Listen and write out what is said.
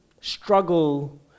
struggle